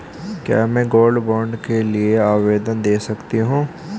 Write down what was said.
क्या मैं gold bond के लिए आवेदन दे सकती हूँ?